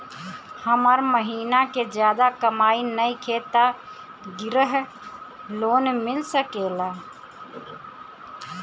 हमर महीना के ज्यादा कमाई नईखे त ग्रिहऽ लोन मिल सकेला?